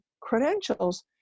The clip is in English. credentials